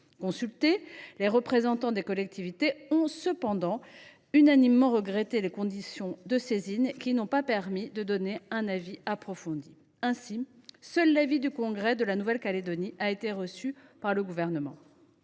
Consultés, les représentants des collectivités ont cependant unanimement regretté les conditions de saisine, qui ne leur ont pas permis de rendre un avis approfondi. Ainsi, seul l’avis du congrès de la Nouvelle Calédonie a été reçu par le Gouvernement